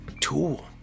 tool